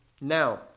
now